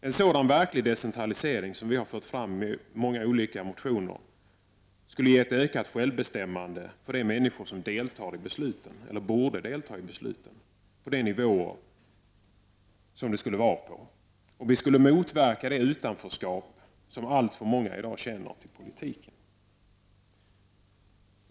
En sådan verklig decentralisering, som vi har krävt i många motioner, skulle ge ett ökat självbestämmande för de människor som deltar eller borde delta i besluten på de nivåer där de hör hemma, och vi skulle därigenom motverka det utanförskap som alltför många i dag känner i politiska sammanhang.